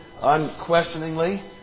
unquestioningly